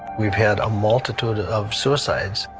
we've had a multitude of suicides.